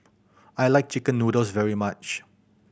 I like chicken noodles very much